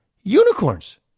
Unicorns